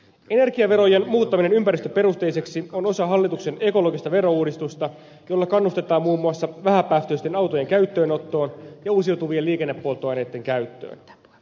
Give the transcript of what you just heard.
energiaverojen muuttaminen ympäristöperusteisiksi on osa hallituksen ekologista verouudistusta jolla kannustetaan muun muassa vähäpäästöisten autojen käyttöönottoon ja uusiutuvien liikennepolttoaineitten käyttöön